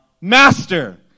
Master